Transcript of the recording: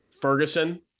Ferguson